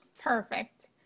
perfect